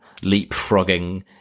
leapfrogging